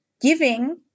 giving